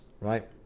right